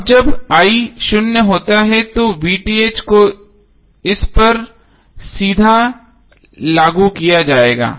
अब जब शून्य होता है तो को इस पर सीधा लागू किया जाएगा